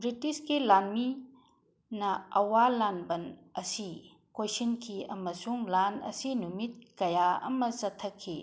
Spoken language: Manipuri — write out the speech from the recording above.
ꯕ꯭ꯔꯤꯇꯤꯁꯀꯤ ꯂꯥꯟꯃꯤꯅ ꯑꯋꯥ ꯂꯥꯟꯕꯟ ꯑꯁꯤ ꯀꯣꯏꯁꯤꯟꯈꯤ ꯑꯃꯁꯨꯡ ꯂꯥꯟ ꯑꯁꯤ ꯅꯨꯃꯤꯠ ꯀꯌꯥ ꯑꯃ ꯆꯠꯊꯈꯤ